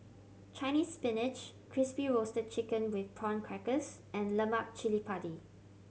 Chinese Spinach Crispy Roasted Chicken with Prawn Crackers and lemak cili padi